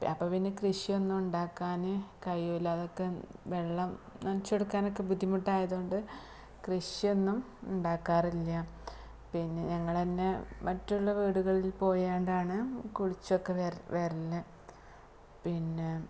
അപ്പം പിന്നെ കൃഷിയൊന്നും ഉണ്ടാക്കാൻ കയ്യൂല അതൊക്കെ വെള്ളം നനച്ച് കൊടുക്കാനൊക്കെ ബുദ്ധിമുട്ടായതു കൊണ്ട് കൃഷിയൊന്നും ഉണ്ടാക്കാറില്ല പിന്നെ ഞങ്ങൾ തന്നെ മറ്റുള്ള വീടുകളില് പോയാണ്ടാണ് കുളിച്ചൊക്കെ വരൽ പിന്നെ